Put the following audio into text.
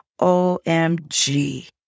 OMG